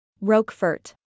Roquefort